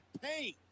pain